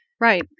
Right